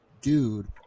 dude